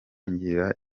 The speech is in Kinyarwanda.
ngira